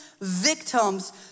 victims